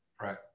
right